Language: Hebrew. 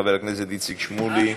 חבר הכנסת איציק שמולי,